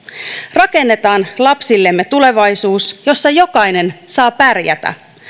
rakennetaan lapsillemme tulevaisuus jossa jokainen saa pärjätä